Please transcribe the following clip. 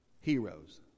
heroes